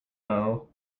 know